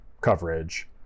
coverage